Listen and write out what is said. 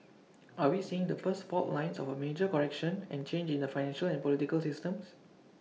are we seeing the first fault lines of A major correction and change in the financial and political systems